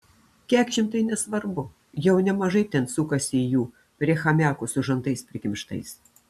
kekšėm tai nesvarbu jau nemažai ten sukasi jų prie chamiako su žandais prikimštais